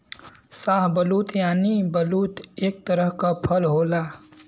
शाहबलूत यानि बलूत एक तरह क फल होला